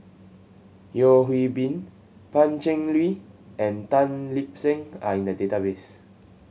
Yeo Hwee Bin Pan Cheng Lui and Tan Lip Seng are in the database